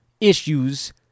issues